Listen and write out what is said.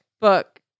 book